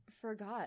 forgot